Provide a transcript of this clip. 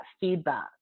feedback